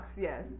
Yes